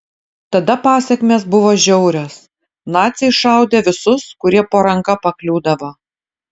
tada pasekmės buvo žiaurios naciai šaudė visus kurie po ranka pakliūdavo